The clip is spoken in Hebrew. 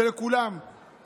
ולכולם,